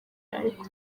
ariko